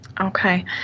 Okay